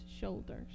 shoulders